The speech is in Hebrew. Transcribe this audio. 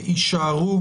שיישארו